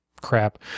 crap